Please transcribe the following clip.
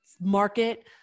market